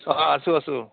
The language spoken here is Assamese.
অঁ আছোঁ আছোঁ